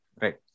Right